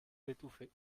d’étouffer